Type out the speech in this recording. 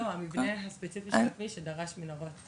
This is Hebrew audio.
לא, המבנה הספציפי של הכביש שדרש מנהרות.